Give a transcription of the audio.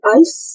ice